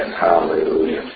Hallelujah